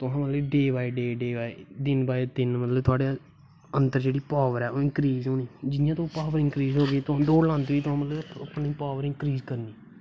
तुसें मतलब day by day दिन बाए दिन मतलब थोआड़े अन्दर जेह्ड़ी पावर ऐ ओह् इंक्रीज़ होनी जि'यां थोआड़ी पावर इंक्रीज़ होगी तुसें दौड़ लांदे होई मतलव अपनी पावर इंक्रीज़ करनी